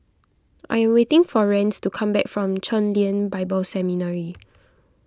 I am waiting for Rance to come back from Chen Lien Bible Seminary